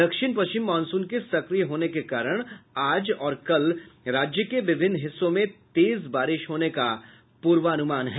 दक्षिण पश्चिम मॉनसून के सक्रिय होने के कारण आज और कल राज्य के विभिन्न हिस्सों में तेज बारिश होने का पूर्वानुमान है